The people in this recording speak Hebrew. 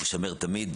תשמר תמיד.